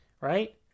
right